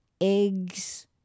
eggs